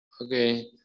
Okay